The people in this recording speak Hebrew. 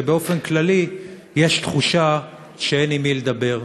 ובאופן כללי יש תחושה שאין עם מי לדבר.